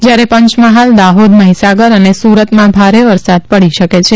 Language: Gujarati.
જ્યારે પંચમહાલ દાહોદ મફીસાગર અને સુરતમાં ભારે વરસાદ પડી શકે છે